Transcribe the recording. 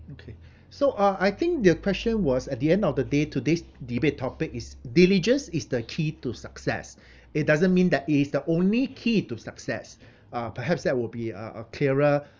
okay so uh I think the question was at the end of the day today's debate topic is diligence is the key to success it doesn't mean that it is the only key to success uh perhaps that will be uh a clearer